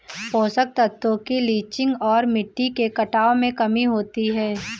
पोषक तत्वों की लीचिंग और मिट्टी के कटाव में कमी होती है